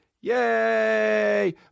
Yay